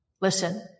Listen